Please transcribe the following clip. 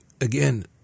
again